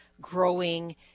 growing